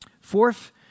Fourth